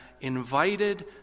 invited